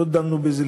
לא דנו בזה,